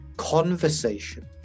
conversation